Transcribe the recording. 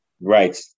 Right